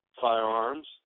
firearms